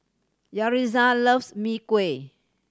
Yaritza loves Mee Kuah